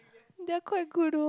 they're quite good though